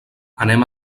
anem